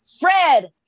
Fred